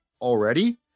already